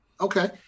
Okay